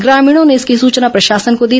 ग्रामीणों ने इसकी सूचना प्रशासन को दी